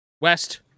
West